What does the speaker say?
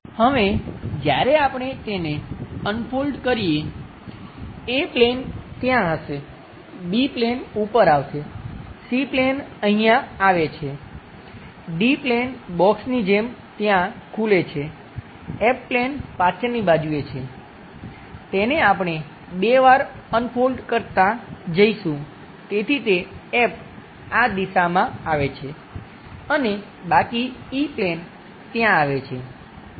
હવે જ્યારે આપણે તેને અનફોલ્ડ કરીએ A પ્લેન ત્યાં હશે B પ્લેન ઉપર આવશે C પ્લેન અહીંયા આવે છે D પ્લેન બોક્સની જેમ ત્યાં ખુલે છે F પ્લેન પાછળની બાજુએ છે તેને આપણે બે વાર અનફોલ્ડ કરતાં જઈશું તેથી તે F આ દિશામાં આવે છે અને બાકી E પ્લેન ત્યાં આવે છે